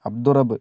Abdurabb